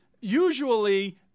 usually